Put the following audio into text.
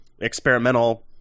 experimental